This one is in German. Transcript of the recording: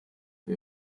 wir